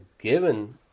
given